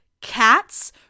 cats